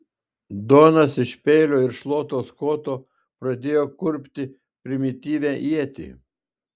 donas iš peilio ir šluotos koto pradėjo kurpti primityvią ietį